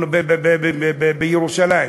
משפחות בירושלים.